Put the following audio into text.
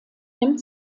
nimmt